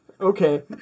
okay